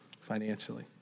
financially